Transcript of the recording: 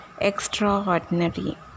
extraordinary